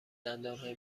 دندانهای